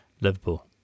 Liverpool